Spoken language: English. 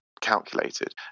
calculated